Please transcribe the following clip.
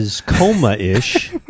coma-ish